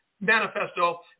manifesto